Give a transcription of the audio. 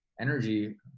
energy